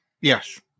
Yes